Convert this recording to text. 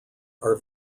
are